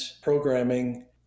programming